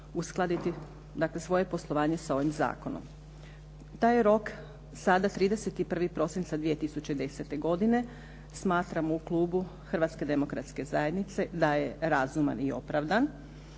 uskladiti, dakle svoje poslovanje s ovim zakonom. Taj rok sada 31. prosinca 2010. godine smatramo u klubu Hrvatske demokratske zajednice da je razuman i opravdan.